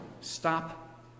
Stop